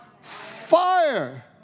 Fire